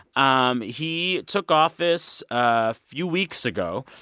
um he took office a few weeks ago,